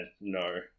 no